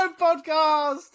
podcast